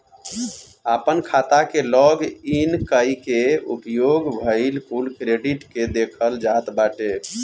आपन खाता के लॉग इन कई के उपयोग भईल कुल क्रेडिट के देखल जात बाटे